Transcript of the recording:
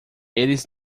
eles